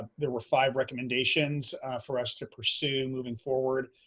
there were five recommendations for us to pursue moving forward.